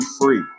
free